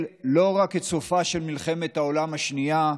לא רק את סופה של מלחמת העולם השנייה,